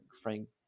Frank